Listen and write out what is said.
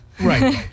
Right